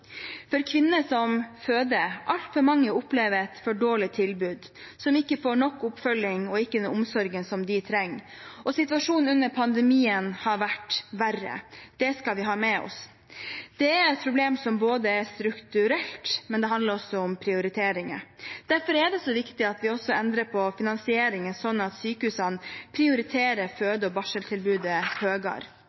kvinner som føder nå, opplever et for dårlig tilbud, og de får ikke nok oppfølging eller den omsorgen de trenger. Situasjonen under pandemien har vært verre, det skal vi ha med oss. Det er et problem som er strukturelt, men det handler også om prioriteringer. Derfor er det så viktig at vi også endrer på finansieringen, sånn at sykehusene prioriterer føde- og barseltilbudet